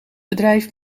bedrijf